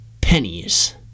Pennies